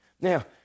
Now